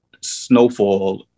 snowfall